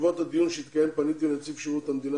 בעקבות הדיון שהתקיים פניתי לנציב שירות המדינה,